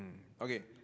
okay